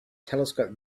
telescope